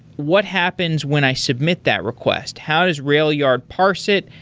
what happens when i submit that request? how does railyard parse it?